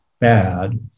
bad